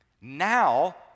Now